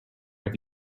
have